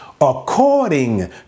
according